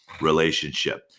relationship